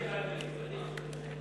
נתתי לך ארבע, עוד, ולקחתי לך עוד שלוש.